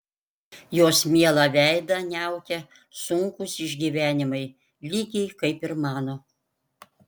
jos mielą veidą niaukia sunkūs išgyvenimai lygiai kaip ir mano